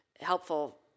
helpful